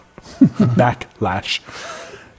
Backlash